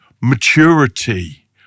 maturity